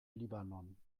libanon